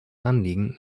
anliegen